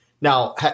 now